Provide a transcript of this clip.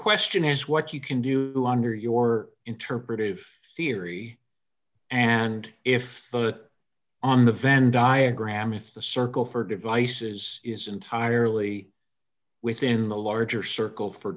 question is what you can do under your interpretive theory and if on the venn diagram if the circle for devices is entirely within the larger circle for